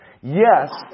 Yes